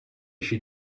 she